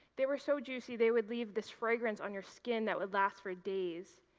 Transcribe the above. they were so juicy they would leave this fragrance on your skin that would last for days,